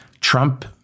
Trump